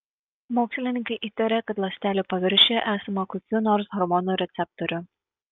mokslininkai įtarė kad ląstelių paviršiuje esama kokių nors hormonų receptorių